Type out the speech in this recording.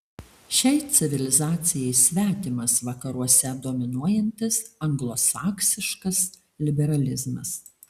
šiai civilizacijai svetimas vakaruose dominuojantis anglosaksiškas liberalizmas